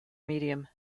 medium